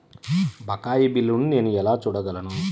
బకాయి బిల్లును నేను ఎలా చూడగలను?